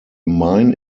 mine